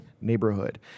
neighborhood